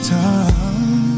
time